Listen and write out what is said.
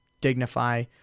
dignify